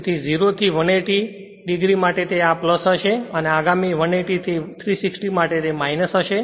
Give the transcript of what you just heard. તેથી 0 થી 180o તે આ હશે અને આગામી 180 થી 360 માટે તે હશે